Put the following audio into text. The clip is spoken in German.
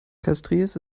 castries